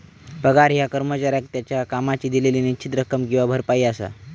पगार ह्या कर्मचाऱ्याक त्याच्यो कामाची दिलेली निश्चित रक्कम किंवा भरपाई असा